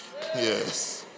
Yes